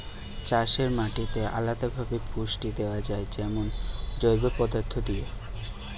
চাষের মাটিতে আলদা ভাবে পুষ্টি দেয়া যায় যেমন জৈব পদার্থ দিয়ে